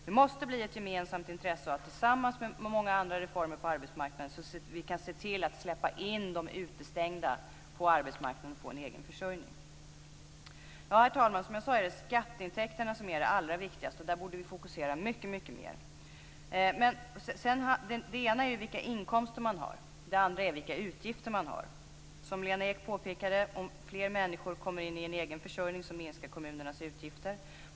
Det här måste bli ett gemensamt intresse tillsammans med många andra reformer på arbetsmarknaden, så att vi kan se till att släppa in de utestängda på arbetsmarknaden, så att de får en egen försörjning. Herr talman! Som jag sade är det skatteintäkterna som är det allra viktigaste. Vi borde fokusera mycket mer på det. Det ena handlar om vilka inkomster man har. Det andra handlar om vilka utgifter man har. Som Lena Ek påpekade minskar kommunernas utgifter om fler människor kommer in i en egen försörjning.